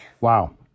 Wow